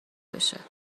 بشه